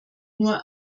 nur